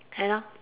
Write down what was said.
K lor